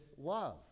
love